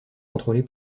contrôlée